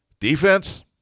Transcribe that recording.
Defense